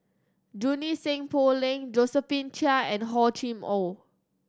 Junie Sng Poh Leng Josephine Chia and Hor Chim Or